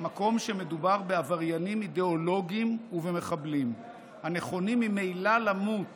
מקום שמדובר בעבריינים אידיאולוגיים ובמחבלים הנכונים ממילא למות